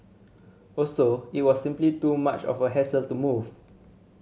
also it was simply too much of a hassle to move